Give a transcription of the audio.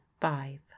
five